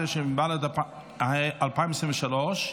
התשפ"ד 2024,